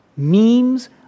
Memes